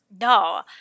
No